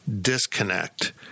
disconnect